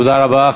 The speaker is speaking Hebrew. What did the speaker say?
תודה רבה.